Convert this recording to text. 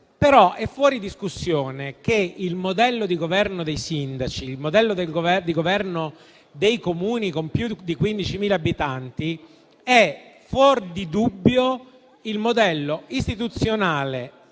ma è fuori discussione che il modello di governo dei sindaci, il modello di governo dei Comuni con più di 15.000 abitanti, è il modello istituzionale